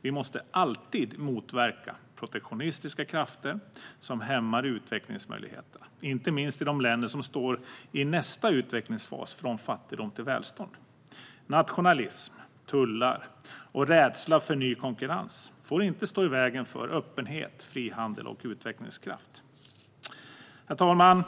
Vi måste alltid motverka protektionistiska krafter som hämmar utvecklingsmöjligheterna, inte minst i de länder som står i nästa utvecklingsfas från fattigdom till välstånd. Nationalism, tullar och rädsla för ny konkurrens får inte stå i vägen för öppenhet, frihandel och utvecklingskraft. Herr talman!